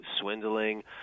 swindling